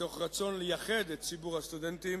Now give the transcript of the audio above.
מתוך רצון לייחד את ציבור הסטודנטים